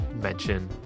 mention